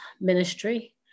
ministry